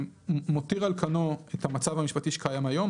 מותיר על קנו את המצב המשפטי שקיים כיום.